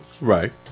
right